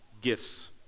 gifts